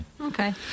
okay